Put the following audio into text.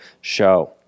show